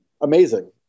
amazing